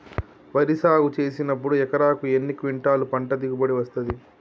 వరి సాగు చేసినప్పుడు ఎకరాకు ఎన్ని క్వింటాలు పంట దిగుబడి వస్తది?